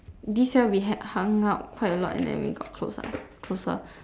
this year we had hung out quite a lot and then we got close lah closer